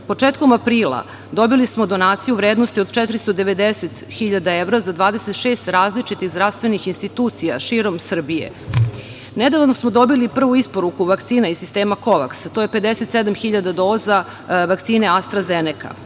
Početkom aprila dobili smo donaciju u vrednosti od 490 hiljada evra za 26 različitih zdravstvenih institucija širom Srbije. Nedavno smo dobili prvu isporuku vakcina iz sistema „Kovaks“, a to je 57 hiljada doza vakcina „Astra